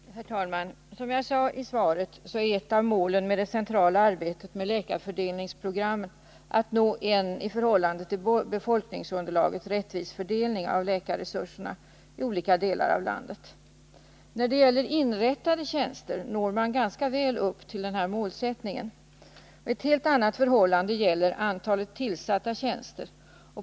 Herr talman! Som jag sade i svaret är ett av målen med det centrala arbetet med läkarfördelningsprogrammet att nå en i förhållande till befolkningsunderlaget rättvis fördelning av läkarresurserna i olika delar av landet. När det gäller inrättade tjänster uppnår man ganska väl det här målet. Ett helt annat är förhållandet beträffande antalet tillsatta tjänster.